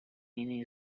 meaning